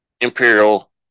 Imperial